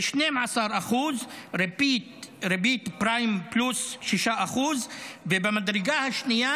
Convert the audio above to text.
ל-12% ריבית פריים פלוס 6%; במדרגה השנייה